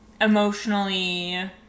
emotionally